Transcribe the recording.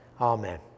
Amen